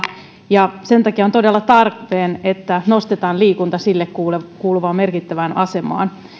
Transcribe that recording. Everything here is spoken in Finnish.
ja sen takia on todella tarpeen että nostetaan liikunta sille kuuluvaan merkittävään asemaan